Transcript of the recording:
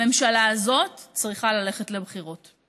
הממשלה הזאת צריכה ללכת לבחירות.